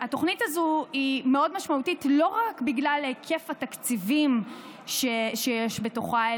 התוכנית הזו היא מאוד משמעותית לא רק בגלל היקף התקציבים שיש בתוכה,